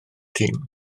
tîm